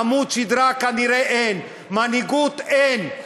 עמוד שדרה כנראה אין, מנהיגות אין,